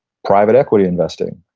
private equity investing,